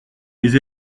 les